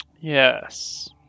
Yes